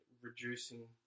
reducing